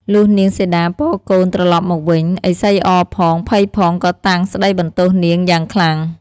លុះនាងសីតាពរកូនត្រឡប់មកវិញ ឥសីអរផង ភ័យផងក៏តាំងស្តីបន្ទោសនាងយ៉ាងខ្លាំង។